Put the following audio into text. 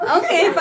okay